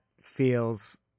feels